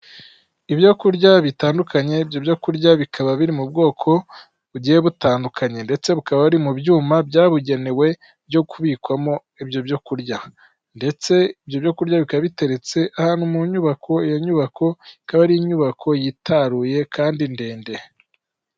Ibyo kurya bitandukanye, ibyo byo kurya bikaba biri mu bwoko bugiye butandukanye ndetse bukaba buri mu byuma byabugenewe byo kubikwamo ibyo byo kurya, ndetse ibyo byo kurya bikaba biteretse ahantu mu nyubako, iyo nyubako ikaba ari inyubako yitaruye kandi ndende.